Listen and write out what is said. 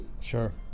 Sure